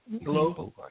Hello